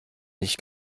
nicht